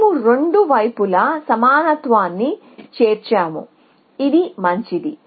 మేము రెండు వైపులా సమానత్వాన్ని చేర్చాము ఇది మంచిది